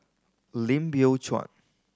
Lim Biow Chuan